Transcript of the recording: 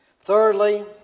Thirdly